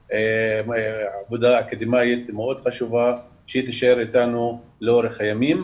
עבודה אקדמאית מאוד חשובה שתישאר איתנו לאורך הימים.